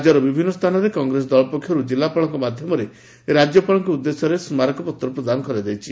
ରାଜ୍ୟର ବିଭିନ୍ନ ସ୍ଥାନରେ କଂଗ୍ରେସ ଦଳ ପକ୍ଷରୁ ଜିଲ୍ଲାପାଳଙ୍କ ମାଧ୍ଧମରେ ରାକ୍ୟପାଳଙ୍କ ଉଦ୍ଦେଶ୍ୟରେ ସ୍କାରକପତ୍ର ପ୍ରଦାନ କରାଯାଇଛି